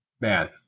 man